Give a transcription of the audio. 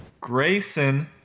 Grayson